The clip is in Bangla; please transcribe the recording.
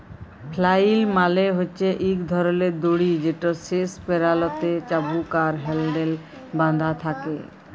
ফ্লাইল মালে হছে ইক ধরলের দড়ি যেটর শেষ প্যারালতে চাবুক আর হ্যাল্ডেল বাঁধা থ্যাকে